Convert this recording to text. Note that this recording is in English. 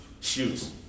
shoes